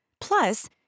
Plus